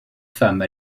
femme